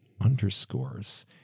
underscores